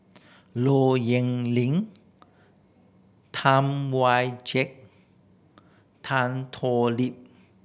Low Yen Ling Tam Wai Jia Tan Thoon Lip